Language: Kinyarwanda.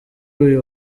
uyu